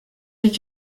did